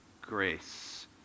grace